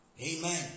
amen